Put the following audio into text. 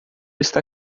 está